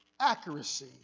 accuracy